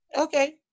Okay